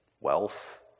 Wealth